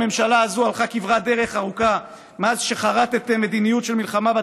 הממשלה הזו הלכה כברת דרך ארוכה מאז שחרתֶּם מדיניות של מלחמה,